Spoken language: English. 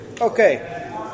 Okay